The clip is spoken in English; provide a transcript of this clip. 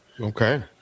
Okay